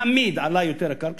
תמיד עלה יותר ביוקר כשחיכו,